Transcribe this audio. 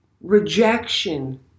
rejection